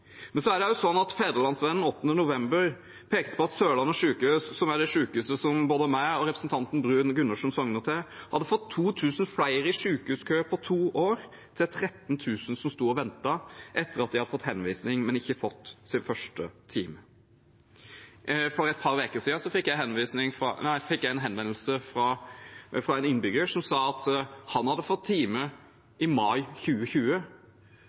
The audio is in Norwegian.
Men så er det også sånn at Fædrelandsvennen 8. november pekte på at Sørlandet sykehus, som er det sykehuset både jeg og representanten Bruun-Gundersen sogner til, hadde fått 2 000 flere i sykehuskø på to år, til 13 000 som sto og ventet etter at de hadde fått henvisning, men ikke fått sin første time. For et par uker siden fikk jeg en henvendelse fra en innbygger som sa at han hadde fått time i mai 2020.